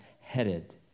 headed